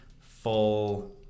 full